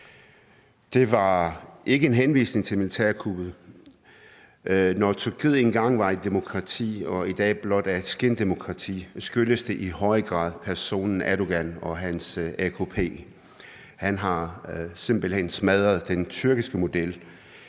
Det var ikke en henvisning til militærkuppet. Når Tyrkiet engang var et demokrati og i dag blot er et skindemokrati, skyldes det i høj grad personen Erdogan og hans AKP. Han har simpelt hen smadret den tyrkiske model,